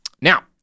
Now